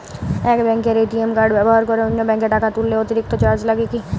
এক ব্যাঙ্কের ATM card ব্যবহার করে অন্য ব্যঙ্কে টাকা তুললে অতিরিক্ত চার্জ লাগে কি?